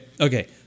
Okay